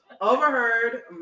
overheard